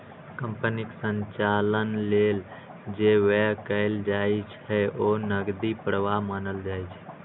कंपनीक संचालन लेल जे व्यय कैल जाइ छै, ओ नकदी प्रवाह मानल जाइ छै